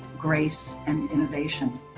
grace and innovation.